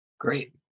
great